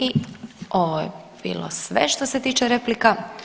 I ovo je bilo sve što se tiče replika.